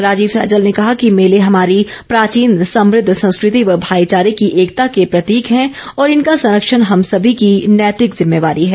राजीव सैजल ने कहा कि मेले हमारी प्राचीन समृद्ध संस्कृति व भाईचारे की एकता के प्रतीक हैं और इनका संरक्षण हम सभी की नैतिक ज़िम्मेवारी है